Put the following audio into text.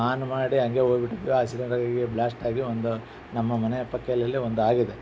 on ಮಾಡಿ ಹಂಗೇ ಹೋಗ್ಬಿಟ್ಟಿದ್ರ್ ಆ ಸಿಲಿಂಡರ್ ಹೀಗೆ ಬ್ಲಾಸ್ಟ್ ಆಗಿ ಒಂದು ನಮ್ಮ ಮನೆಯ ಪಕ್ಕದಲ್ಲಿ ಒಂದು ಆಗಿದೆ